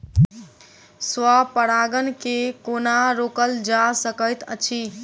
स्व परागण केँ कोना रोकल जा सकैत अछि?